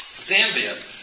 Zambia